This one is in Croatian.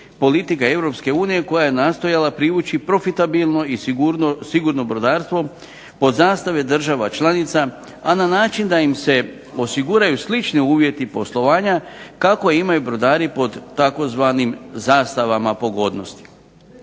unije koja je nastojala privući profitabilno i sigurno brodarstvo pod zastave država članica a na način da im se osiguraju slični uvjeti poslovanja kakva imaju brodari pod tzv. zastavama pogodnosti.